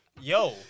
yo